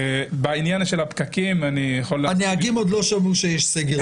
הנהגים עוד לא שמעו שיש סגר דה-פקטו.